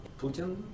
Putin